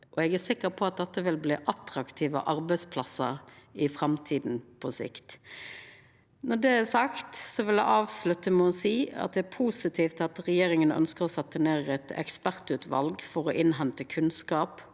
Eg er sikker på at dette vil bli attraktive arbeidsplassar i framtida, på sikt. Når det er sagt, vil eg avslutta med å seia at det er positivt at regjeringa ønskjer å setja ned eit ekspertutval for å innhenta kunnskap.